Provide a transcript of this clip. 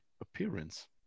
appearance